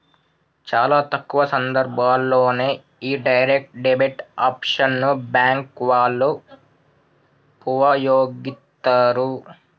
చాలా తక్కువ సందర్భాల్లోనే యీ డైరెక్ట్ డెబిట్ ఆప్షన్ ని బ్యేంకు వాళ్ళు వుపయోగిత్తరు